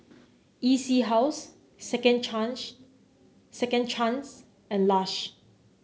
E C House Second Second Chance and Lush